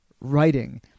writing